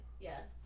Yes